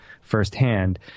firsthand